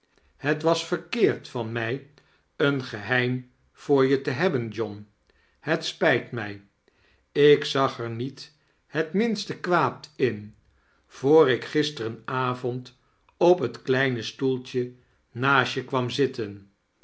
het was verkeerd van mij een geheim voor je te hebben john het spijt mij ik zag er niet het minste kwaad in voor ik gisteren avond op het kleine stoeltje naast'je kwam zitten